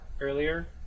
earlier